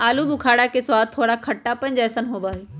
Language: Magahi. आलू बुखारा के स्वाद थोड़ा खट्टापन जयसन होबा हई